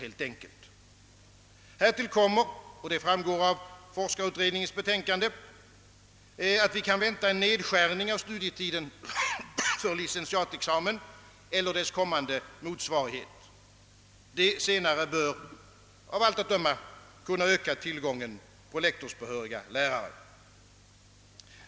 Härtill kommer, vilket framgår av forskarutredningens betänkande, att vi kan vänta en nedskärning av studietiden för licentiatexamen eller dess kommande motsvarighet. Det senare bör av allt att döma öka tillgången på lektorsbehöriga lärare.